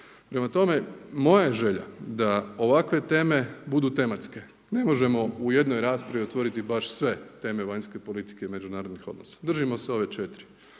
Prema tome, moja je želja da ovakve teme budu tematske. Ne možemo u jednoj raspravi otvoriti baš sve teme vanjske politike i međunarodnih odnosa, držimo se ove 4.